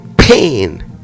pain